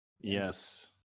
Yes